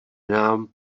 nám